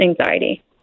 anxiety